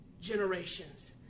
generations